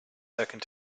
second